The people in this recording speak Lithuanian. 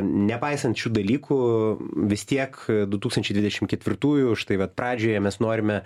nepaisant šių dalykų vis tiek du tūkstančiai dvidešimt ketvirtųjų štai vat pradžioje mes norime